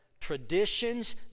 traditions